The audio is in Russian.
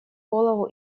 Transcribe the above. голову